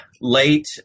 late